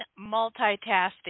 multitasking